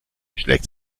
schlägt